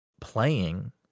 playing